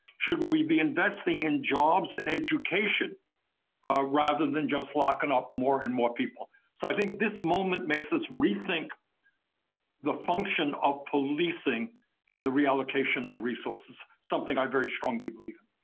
should we be investing in jobs and education rather than just locking up more and more people? so i think this moment makes us rethink the function of policing and the reallocation of resources, something i very strongly believe in.